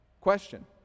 Question